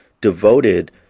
devoted